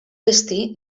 destí